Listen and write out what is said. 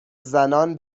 زنان